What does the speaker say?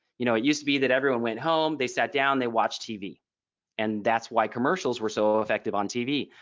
you know it used to be that everyone went home they sat down they watch tv and that's why commercials were so effective on tv.